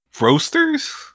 Roasters